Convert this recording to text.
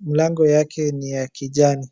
mlango yake ni ya kijani.